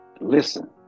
listen